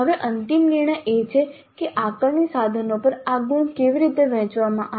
હવે અંતિમ નિર્ણય એ છે કે આકારણી સાધનો પર આ ગુણ કેવી રીતે વહેંચવામાં આવે